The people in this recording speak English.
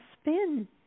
spin